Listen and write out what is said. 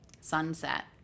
sunset